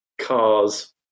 cars